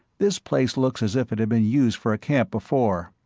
this place looks as if it had been used for a camp before.